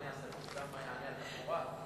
מה אני אעשה, יענה על תחבורה?